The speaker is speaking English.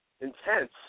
intense